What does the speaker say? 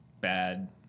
bad